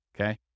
okay